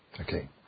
okay